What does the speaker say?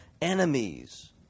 enemies